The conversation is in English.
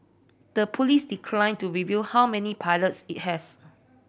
the police declined to reveal how many pilots it has